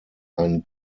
einen